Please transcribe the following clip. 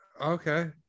Okay